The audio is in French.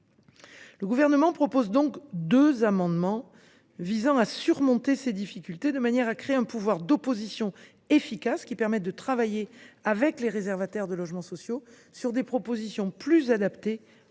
Le Gouvernement a donc déposé deux amendements visant à surmonter ces difficultés, de manière à créer un pouvoir d’opposition efficace permettant de travailler avec les réservataires de logements sociaux sur des propositions plus adaptées